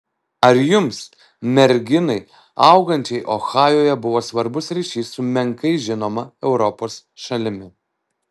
ar jums merginai augančiai ohajuje buvo svarbus ryšys su menkai žinoma europos šalimi